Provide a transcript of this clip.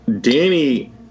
Danny